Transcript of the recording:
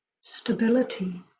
Stability